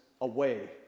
away